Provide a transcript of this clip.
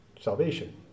salvation